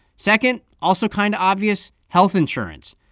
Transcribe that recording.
second also kind of obvious health insurance.